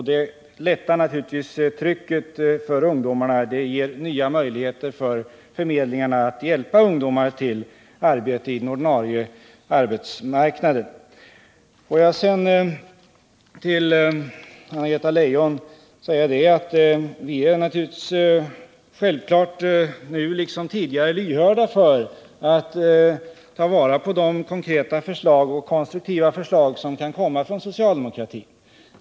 Det lättar naturligtvis trycket för ungdomarna och ger nya möjligheter för förmedlingarna att hjälpa dem till arbeten på den ordinarie arbetsmarknaden. Självfallet, Anna-Greta Leijon, är vi nu liksom tidigare lyhörda för de konkreta och konstruktiva förslag som kan komma från socialdemokratin.